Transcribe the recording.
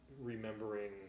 Remembering